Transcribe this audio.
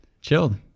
chilled